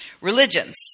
religions